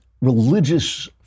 religious